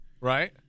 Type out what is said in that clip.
Right